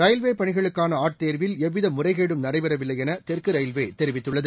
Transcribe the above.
railway பணிகளுக்கான ஆட்தேர்வில் எவ்வித முறைகேடும் நடைபெறவில்லை என தெற்கு ரயில்வே தெரிவித்துள்ளது